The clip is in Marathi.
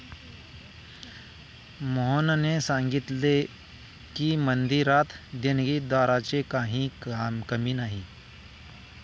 मोहनने सांगितले की, मंदिरात देणगीदारांची काही कमी नाही